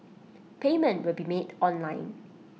payment will be made online